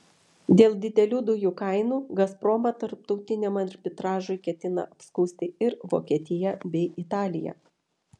dėl didelių dujų kainų gazpromą tarptautiniam arbitražui ketina apskųsti ir vokietija bei italija